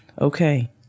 okay